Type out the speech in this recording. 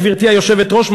גברתי היושבת-ראש,